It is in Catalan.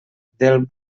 del